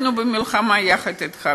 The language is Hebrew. אנחנו במלחמה יחד אתך,